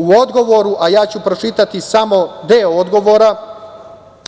U odgovoru, a ja ću pročitati samo deo odgovora